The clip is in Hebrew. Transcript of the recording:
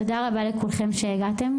תודה רבה לכולכם שהגעתם.